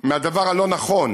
מהדבר הלא-נכון